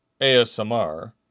ASMR